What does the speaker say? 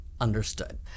understood